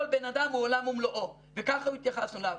כל בן אדם הוא עולם ומלואו וככה התייחסנו אליו.